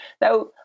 Now